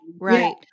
right